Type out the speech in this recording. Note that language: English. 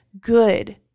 good